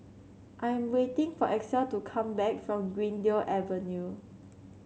I am waiting for Axel to come back from Greendale Avenue